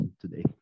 today